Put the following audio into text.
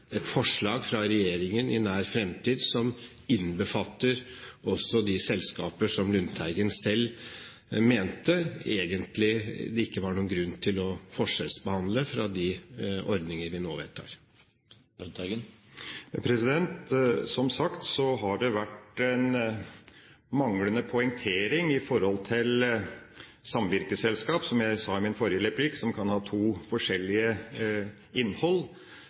et forslag fra regjeringen i nær fremtid som innbefatter også de selskaper som Lundteigen selv mente at det egentlig ikke var noen grunn til å forskjellsbehandle ved de ordninger vi nå vedtar? Som sagt har det vært en manglende poengtering i forhold til samvirkeselskap, som jeg sa i mitt forrige replikksvar, som kan ha to forskjellige innhold.